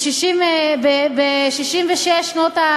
משפט שמתנהל